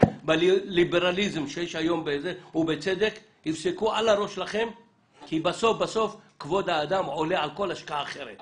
ידי השחקנים ולא בכדי ארגון השחקנים לא נמצא בחדר הזה.